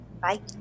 Bye